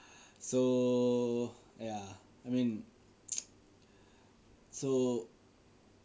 so !aiya! I mean so